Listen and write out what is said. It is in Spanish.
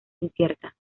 incierta